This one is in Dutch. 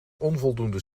onvoldoende